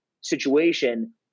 situation